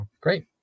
great